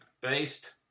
based